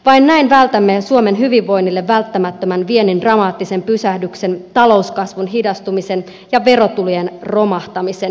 vain näin vältämme suomen hyvinvoinnille välttämättömän viennin dramaattisen pysähdyksen talouskasvun hidastumisen ja verotulojen romahtamisen